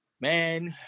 man